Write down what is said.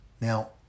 Now